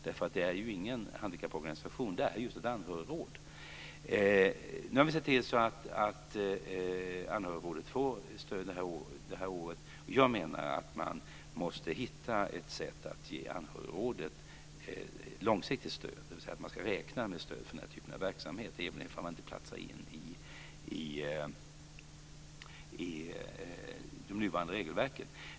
Det är ingen handikapporganisation utan just ett anhörigråd. Nu har vi sett till att Anhörigrådet får stöd för det här året. Jag menar att man måste hitta ett sätt att ge Anhörigrådet långsiktigt stöd, dvs. räkna med stöd för sådan verksamhet även om den inte passar in i nuvarande regelverk.